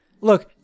look